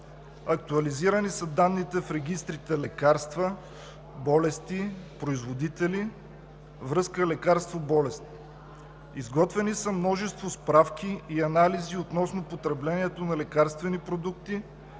Актуализирани са данните в регистрите „Лекарства“, „Болести“, „Производители“, „Връзка лекарство – болест“. Изготвени са множество справки и анализи относно потреблението на лекарствени продукти,